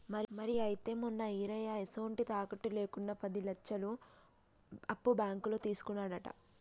మరి అయితే మొన్న ఈరయ్య ఎసొంటి తాకట్టు లేకుండా పది లచ్చలు అప్పు బాంకులో తీసుకున్నాడట